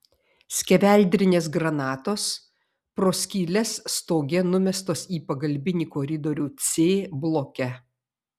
skeveldrinės granatos pro skyles stoge numestos į pagalbinį koridorių c bloke